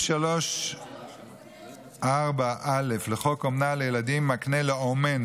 סעיף 43(א) לחוק אומנה לילדים מקנה לאומן